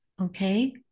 Okay